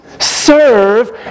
Serve